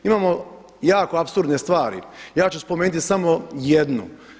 Imamo jako apsurdne stvari, ja ću spomenuti samo jednu.